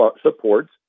supports